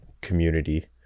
community